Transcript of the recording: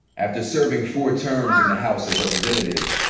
after serving four terms in the house of representatives,